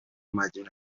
مدیون